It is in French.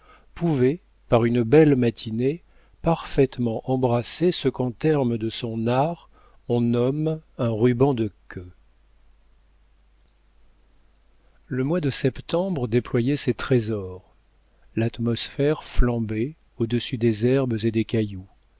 par une belle matinée parfaitement embrasser ce qu'en termes de son art on nomme un ruban de queue le mois de septembre déployait ses trésors l'atmosphère flambait au-dessus des herbes et des cailloux